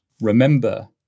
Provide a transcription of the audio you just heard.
Remember